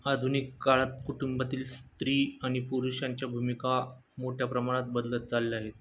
आधुनिक काळात कुटुंबातील स्त्री आणि पुरुषांच्या भूमिका मोठ्या प्रमाणात बदलत चालल्या आहेत